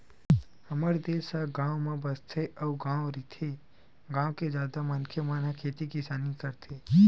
हमर देस ह गाँव म बसथे अउ गॉव रहिथे, गाँव के जादा मनखे मन ह खेती किसानी करथे